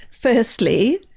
firstly